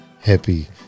Happy